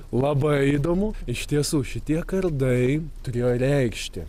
labai įdomu iš tiesų šitie kardai turėjo reikšti